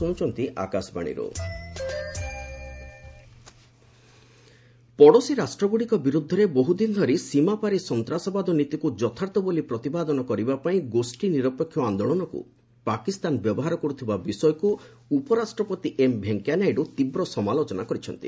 ନାଇଡୁ ନାମ୍ ପଡ଼ୋଶୀ ରାଷ୍ଟ୍ରଗୁଡ଼ିକ ବିରୁଦ୍ଧରେ ବହୁଦିନ ଧରି ସୀମାପାରି ସନ୍ତାସବାଦ ନୀତିକ୍ ଯଥାର୍ଥ ବୋଲି ପ୍ରତିପାଦନ କରିବା ପାଇଁ ଗୋଷୀ ନିରପେକ୍ଷ ଆନ୍ଦୋଳନକ୍ର ପାକିସ୍ତାନ ବ୍ୟବହାର କର୍ତ୍ତିବା ବିଷୟକ୍ତ ଉପରାଷ୍ଟ୍ରପତି ଏମ୍ ଭେଙ୍କୟା ନାଇଡୁ ତୀବ୍ର ସମାଲୋଚନା କରିଛନ୍ତି